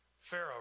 Pharaoh